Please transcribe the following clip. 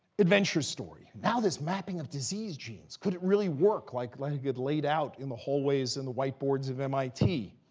adventure story. now, this mapping of disease genes. could it really work like, like it laid out in the hallways and the whiteboards of mit?